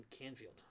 Canfield